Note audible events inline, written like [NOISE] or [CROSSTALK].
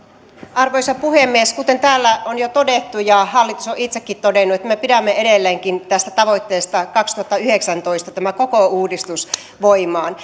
arvoisa puhemies kuten täällä on jo todettu ja hallitus on itsekin todennut me pidämme edelleen kiinni tästä tavoitteesta kaksituhattayhdeksäntoista koko uudistus voimaan [UNINTELLIGIBLE]